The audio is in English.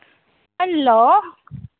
hello